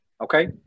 Okay